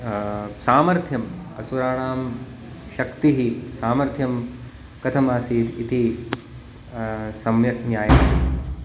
सामर्थ्यम् असुराणां शक्तिः सामर्थ्यं कथमासीत् इति सम्यक् ज्ञाय